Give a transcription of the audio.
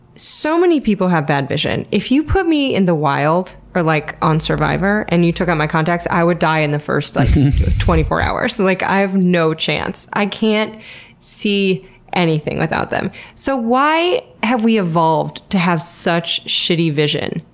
so many people have bad vision. if you put me in the wild, or like, on survivor, and you took out my contacts, i would die in the first twenty four hours. and like i have no chance. i can't see anything without them. so why have we evolved to have such shitty vision?